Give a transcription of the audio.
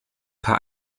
paar